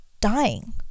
dying